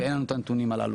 ואין לנו את הנתונים האלה.